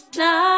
now